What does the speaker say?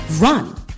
run